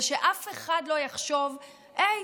ושאף אחד לא יחשוב: היי,